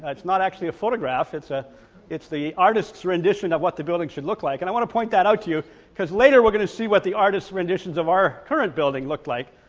it's not actually a photograph, it's ah it's the artist's rendition of what the building should look like and i want to point that out to you because later we're going to see what the artist's renditions of our current building looked like.